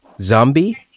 Zombie